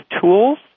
tools